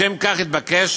לשם כך התבקש